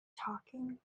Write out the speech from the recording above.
talking